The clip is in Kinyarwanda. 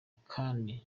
kandi